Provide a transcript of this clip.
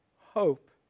hope